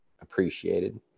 appreciated